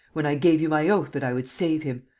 when i gave you my oath that i would save him!